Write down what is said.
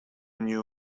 knew